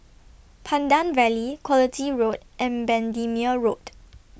Pandan Valley Quality Road and Bendemeer Road